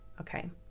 Okay